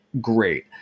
great